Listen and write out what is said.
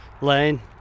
lane